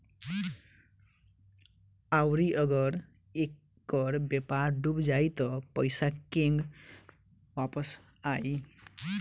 आउरु अगर ऐकर व्यापार डूब जाई त पइसा केंग वापस आई